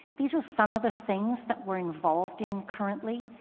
these are some of the things that we're involved in currently.